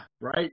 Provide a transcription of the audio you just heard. right